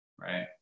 right